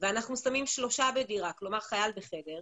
ואנחנו שמים 3 בדירה, כלומר, חייל בחדר,